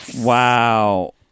Wow